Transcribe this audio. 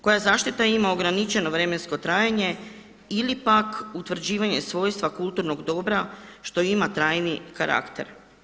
Koja zaštita ima ograničeno vremensko trajanje ili pak utvrđivanje svojstva kulturnog dobra što ima trajni karakter.